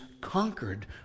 conquered